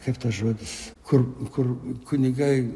kaip tas žodis kur kur kunigai